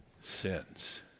sins